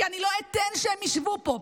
כי אני לא אתן שהם ישבו פה.